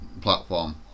platform